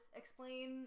explain